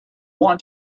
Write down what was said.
want